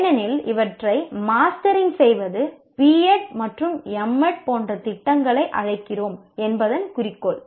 ஏனெனில் இவற்றை மாஸ்டரிங் போன்ற திட்டங்களை அழைக்கிறோம் என்பதன் குறிக்கோள்